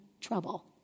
trouble